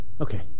Okay